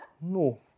No